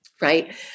Right